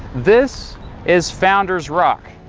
this is founder's rock.